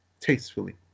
tastefully